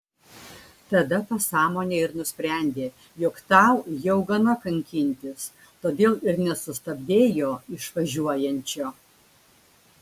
tada pasąmonė ir nusprendė jog tau jau gana kankintis todėl ir nesustabdei jo išvažiuojančio